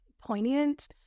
poignant